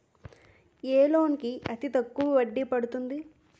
ఏ loan కి అతి తక్కువ వడ్డీ పడుతుంది?